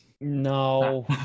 No